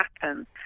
happen